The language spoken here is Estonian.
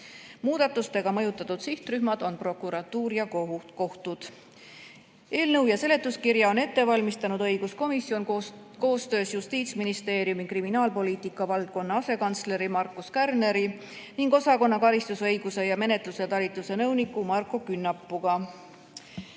Muudatustega mõjutatud sihtrühmad on prokuratuur ja kohtud. Eelnõu ja seletuskirja on ette valmistanud õiguskomisjon koos koostöös Justiitsministeeriumi kriminaalpoliitika valdkonna asekantsleri Markus Kärneriga ning [kriminaalpoliitika] osakonna karistusõiguse ja menetluse talituse nõuniku Markko Künnapuga.